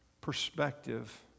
perspective